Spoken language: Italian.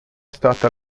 stata